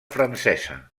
francesa